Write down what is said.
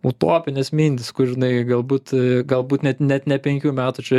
utopinės mintys kur žinai galbūt galbūt net net ne penkių metų čia